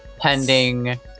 Pending